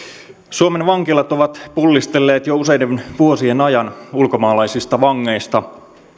suomen vankilat ovat pullistelleet jo useiden vuosien ajan ulkomaalaisista vangeista